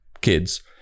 kids